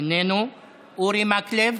איננו, אורי מקלב,